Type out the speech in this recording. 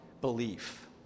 belief